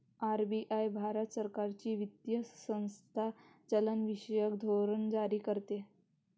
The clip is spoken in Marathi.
आर.बी.आई भारत सरकारची वित्तीय संस्था चलनविषयक धोरण जारी करते